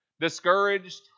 discouraged